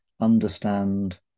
understand